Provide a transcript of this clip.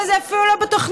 אבל זה אפילו לא בתוכניות,